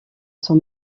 son